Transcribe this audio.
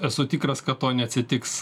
esu tikras kad to neatsitiks